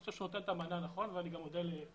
אני חושב שהוא נותן את המענה הנכון ואני גם מודה לשי